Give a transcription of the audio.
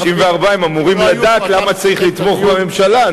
ב-94 הם אמורים לדעת למה צריך לתמוך בממשלה,